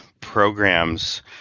programs